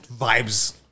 vibes